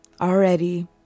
already